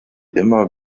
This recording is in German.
immer